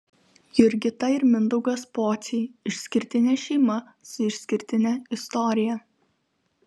jurgita ir mindaugas pociai išskirtinė šeima su išskirtine istorija